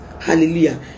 Hallelujah